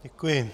Děkuji.